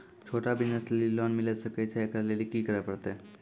छोटा बिज़नस लेली लोन मिले सकय छै? एकरा लेली की करै परतै